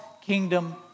kingdom